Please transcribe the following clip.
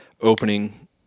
opening